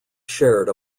shared